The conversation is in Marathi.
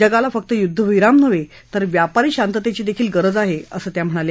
जगाला फक्त युद्धविराम नव्हे तर व्यापारी शांततेचीही गरज आहे असं त्या म्हणाल्या